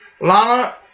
Lana